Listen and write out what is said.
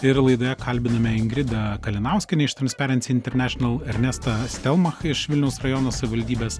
ir laidoje kalbiname ingridą kalinauskienę iš transparency international ernestą stelmach iš vilniaus rajono savivaldybės